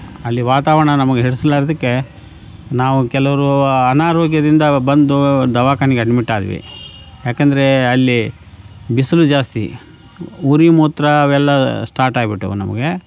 ಅಲ್ಲಿ ವಾತಾವರಣ ನಮ್ಗೆ ಹಿಡ್ಸಲಾರ್ದಕ್ಕೆ ನಾವು ಕೆಲವರು ಅನಾರೋಗ್ಯದಿಂದ ಬಂದು ದವಾಖಾನೆಗೆ ಅಡ್ಮಿಟ್ ಆದ್ವಿ ಯಾಕೆಂದ್ರೆ ಅಲ್ಲಿ ಬಿಸಿಲು ಜಾಸ್ತಿ ಉರಿ ಮೂತ್ರ ಅವೆಲ್ಲ ಸ್ಟಾರ್ಟಾಗ್ಬಿಟ್ಟವು ನಮಗೆ